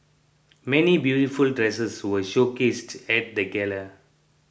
many beautiful dresses were showcased at the gala